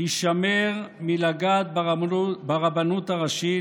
הישמר מלגעת ברבנות הראשית,